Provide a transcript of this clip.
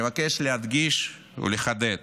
אני מבקש להדגיש ולחדד: